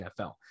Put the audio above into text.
NFL